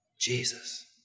Jesus